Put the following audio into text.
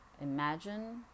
imagine